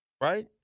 right